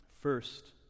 First